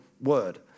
word